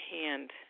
hand